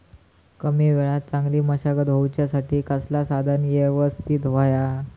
कमी वेळात चांगली मशागत होऊच्यासाठी कसला साधन यवस्तित होया?